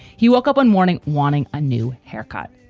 he woke up one morning wanting a new haircut